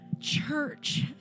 Church